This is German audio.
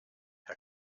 herr